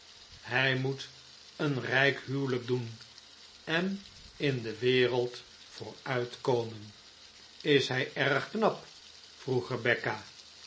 hij moet een rijk huwelijk doen en in de wereld vooruitkomen is hij erg knap vroeg rebecca